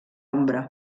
ombra